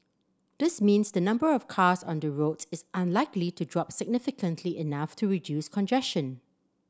this means the number of cars on the roads is unlikely to drop significantly enough to reduce congestion